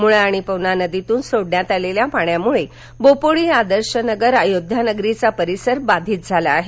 मुळा आणि पवना नदीतून सोडण्यात आलेल्या पाण्यामुळे बोपोडी आदर्श नगर अयोध्या नगरीचा परिसर बाधीत झाला आहे